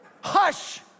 Hush